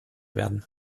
werden